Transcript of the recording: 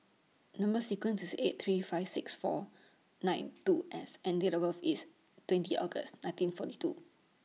Number sequence IS eight three five six four nine two S and Date of birth IS twenty August nineteen forty two